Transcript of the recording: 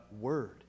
word